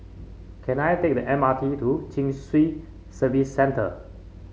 can I take the M R T to Chin Swee Service Centre